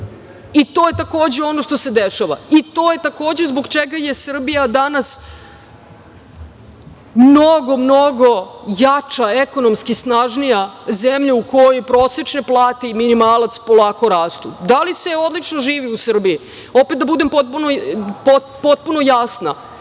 i to je ono što se dešava i to je ono zbog čega je Srbija danas mnogo, mnogo jača, ekonomski snažnija zemlja u kojoj prosečne plate i minimalac polako rastu. Da li se odlično živi u Srbiji? Opet da budem potpuno jasna